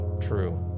true